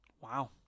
Wow